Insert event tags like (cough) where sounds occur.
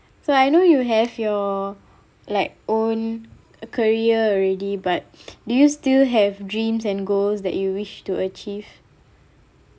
so I know you have your like own career already but (breath) do you still have dreams and goals that you wish to achieve